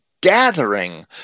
gathering